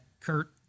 kurt